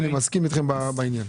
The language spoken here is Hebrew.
אני מסכים אתכם בעניין.